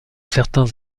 certains